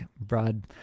broad